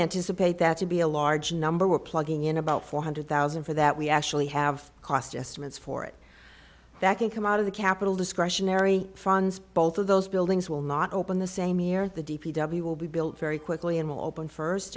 anticipate that to be a large number we're plugging in about four hundred thousand for that we actually have cost estimates for it that can come out of the capital discretionary funds both of those buildings will not open the same year the d p w will be built very quickly and will open first